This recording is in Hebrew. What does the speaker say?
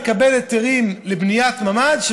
לקבל היתרים לבניית ממ"ד,